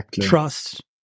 trust